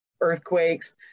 earthquakes